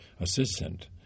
assistant